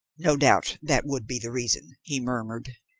no doubt, that would be the reason, he murmured,